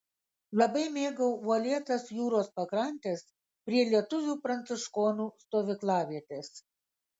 labai mėgau uolėtas jūros pakrantes prie lietuvių pranciškonų stovyklavietės